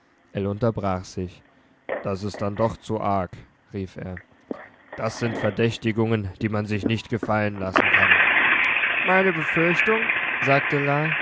ell unterbrach sich das ist denn doch zu arg rief er das sind verdächtigungen die man sich nicht gefallen lassen kann meine befürchtung sagte